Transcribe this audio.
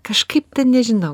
kažkaip ten nežinau